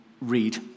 read